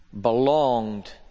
belonged